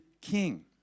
king